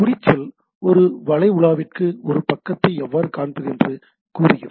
குறிச்சொல் ஒரு வலை உலாவிக்கு ஒரு பக்கத்தை எவ்வாறு காண்பிப்பது என்று கூறுகிறது